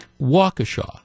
Waukesha